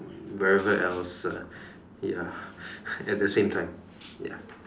wherever else ah ya at the same time ya